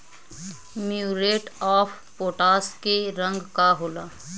Muriate of potash के रंग का होला?